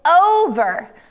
over